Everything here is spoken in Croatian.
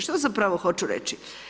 Što zapravo hoću reći?